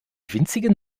winzigen